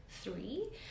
Three